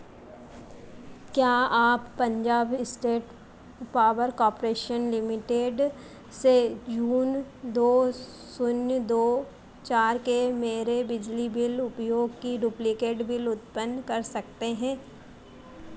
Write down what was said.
क्या आप Punjab state power corporation limited से जून दो शून्य दो चार के मेरे बिजली उपयोग की डुप्लिकेट बिल उत्पन्न कर सकते हैं